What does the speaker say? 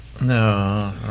No